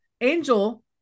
Angel